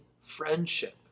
friendship